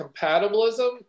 compatibilism